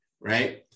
Right